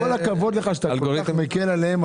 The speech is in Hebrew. עם כל הכבוד לך שאתה כל כך מקל עליהם,